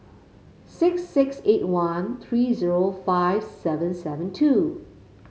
six six eight one three zero five seven seven two